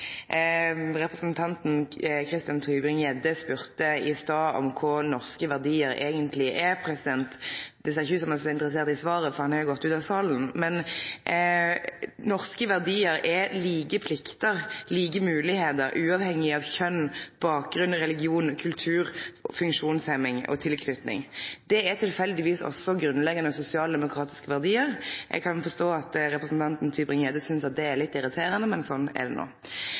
Representanten Christian Tybring-Gjedde spurde i stad om kva norske verdiar eigentleg er. Det ser ikkje ut til at han er så interessert i svaret, for han har jo gått ut av salen. Men norske verdiar er like pliktar, like moglegheiter, uavhengig av kjønn, bakgrunn, religion, kultur, funksjonshemming og tilknyting. Det er tilfeldigvis også grunnleggjande og sosialdemokratiske verdiar. Eg kan forstå at representanten Tybring-Gjedde synest at det er litt irriterande, men sånn er det no.